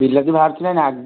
ବିଲାତି ବାହାରିଥିଲା ନା ଆ